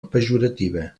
pejorativa